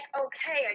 okay